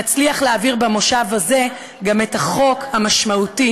נצליח להעביר במושב הזה גם את החוק המשמעותי